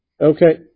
Okay